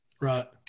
Right